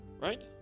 right